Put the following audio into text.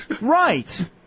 Right